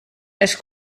els